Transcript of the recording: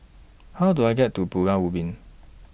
How Do I get to Pulau Ubin